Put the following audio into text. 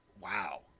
Wow